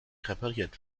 repariert